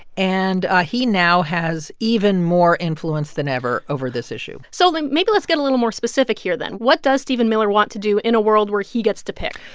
and ah he now has even more influence than ever over this issue so then maybe let's get a little more specific here then. what does stephen miller want to do in a world where he gets to pick?